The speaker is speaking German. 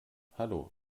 hallo